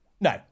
No